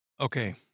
Okay